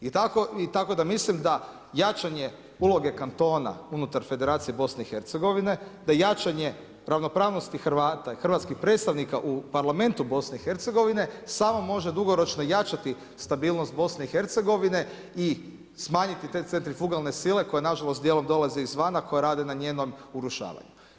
I tako da mislim da jačanje uloge kantona unutar Federacije BiH-a, da jačanje ravnopravnosti Hrvata i hrvatskih predstavnika u Parlamentu BiH-a, samo može dugoročno jačati stabilnost BiH-a i smanjiti te centrifugalne sile koje nažalost djelom dolaze izvana, koje rade na njenom urušavanju.